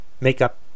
Make-up